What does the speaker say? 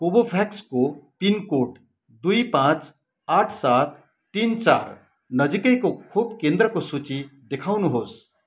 कोभोभ्याक्सको pin code दुई पाँच आठ सात तिन चार नजिकैको खोप केन्द्रको सूची देखाउनुहोस्